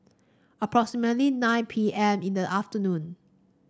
approximately nine P M in the afternoon